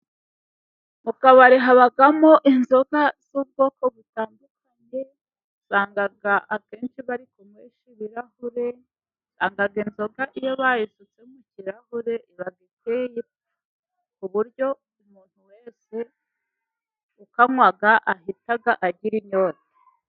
Mu kabari habamo inzoga z'ubwoko butandukanye, usanga akenshi bari kuzinywesha ibirahure, usanga inzoga iyo bayisutse mu kirahure iba iteye ipfa, ku buryo umuntu wese ukanywa ahita agira inyota.